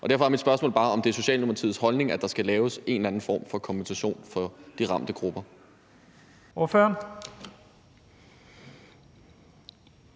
Derfor er mit spørgsmål bare, om det er Socialdemokratiets holdning, at der skal laves en eller anden form for kompensation for de ramte grupper. Kl.